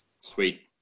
Sweet